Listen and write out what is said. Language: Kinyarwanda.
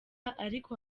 ariko